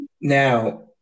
Now